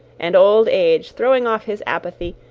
and old age throwing off his apathy,